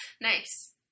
Nice